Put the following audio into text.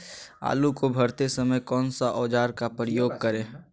आलू को भरते समय कौन सा औजार का प्रयोग करें?